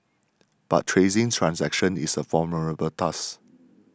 but tracing transactions is a formidable task